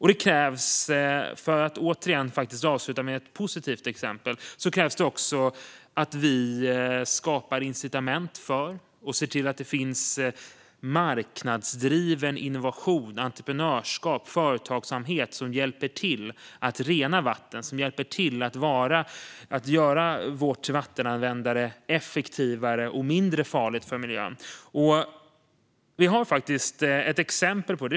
Låt mig även avsluta med ett positivt exempel. Det krävs att vi skapar incitament för och ser till att det finns marknadsdriven innovation, entreprenörskap, företagsamhet, som hjälper till att rena vatten, som hjälper till att göra vårt vattenanvändande effektivare och mindre farligt för miljön. Det finns faktiskt ett exempel.